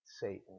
Satan